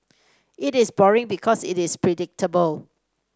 it is boring because it is predictable